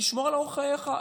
תשמור על אורח חייך,